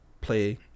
play